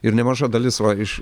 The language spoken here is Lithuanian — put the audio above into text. ir nemaža dalis va iš